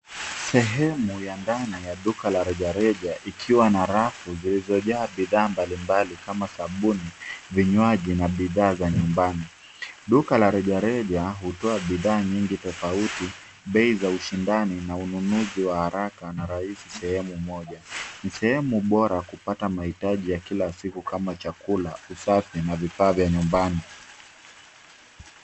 Sehemu ya ndani ya duka la rejareja ikiwa na rafu zilizojaa bidhaa mbalimbali kama sabuni, vinywaji na bidhaa za nyumbani. Duka la rejareja hutoa bidhaa nyingi tofauti, bei za ushindani na ununuzi wa haraka na rahisi sehemu moja. Ni sehemu bora kupata mahitaji ya kila siku kama chakula, usafi na vifaa vya nyumbani.